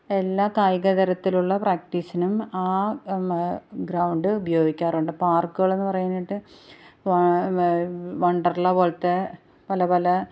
എല്ലാ കായിക തരത്തിലുള്ള പ്രാക്ടീസിനും ആ ഗ്രൗൻഡ് ഉപയോഗിക്കാറുണ്ട് പാർക്കുകളെന്ന് പറയാനായിട്ട് വ വണ്ടർ ലാ പോലത്തെ പല പല